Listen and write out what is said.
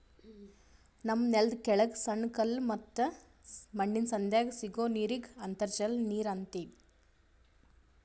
ನಮ್ಮ್ ನೆಲ್ದ ಕೆಳಗ್ ಸಣ್ಣ ಕಲ್ಲ ಮತ್ತ್ ಮಣ್ಣಿನ್ ಸಂಧ್ಯಾಗ್ ಸಿಗೋ ನೀರಿಗ್ ಅಂತರ್ಜಲ ನೀರ್ ಅಂತೀವಿ